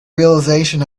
realization